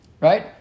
right